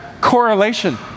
correlation